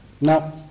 Now